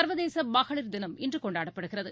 சர்வதேசமகளிர் தினம் இன்றுகொண்டாடப்படுகிறது